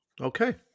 Okay